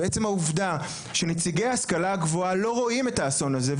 ועצם העובדה שנציגי ההשכלה הגבוהה לא רואים את האסון הזה,